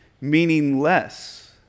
meaningless